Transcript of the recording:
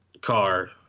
car